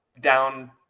down